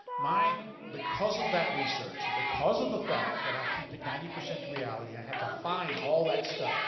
mine, because of that research, and because of the fact that i keep it ninety percent to reality, and i have to find all that stuff,